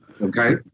okay